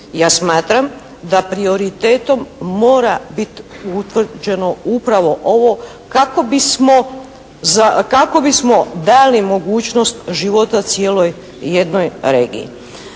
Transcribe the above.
Ja smatram da prioritetom mora bit utvrđeno upravo ovo kako bismo dali mogućnost života cijeloj jednoj regiji.